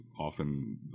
often